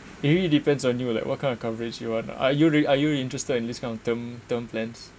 it really depends on you like what kind of coverage you want are you are you interested in this kind of term term plans